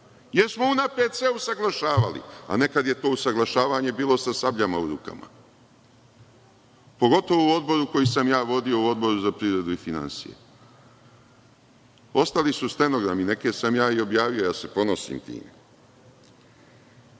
jer smo unapred sve usaglašavali. A nekad je to usaglašavanje bilo sa sabljama u rukama, pogotovo u Odboru koji sam ja vodio, u Odboru za privredu i finansije. Ostali su stenogrami. Neke sam ja i objavio i time se ponosim. Sad,